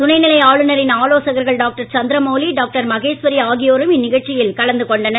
துணைநிலை ஆளுநரின் ஆலோசகர்கள் டாக்டர் சந்திரமௌலி டாக்டர் மகேஸ்வரி ஆகியோரும் இந்நிகழ்ச்சியில் கலந்து கொண்டனர்